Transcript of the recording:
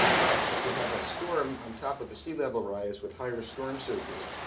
but if you have a storm on top of a sea level rise, with higher storm surges,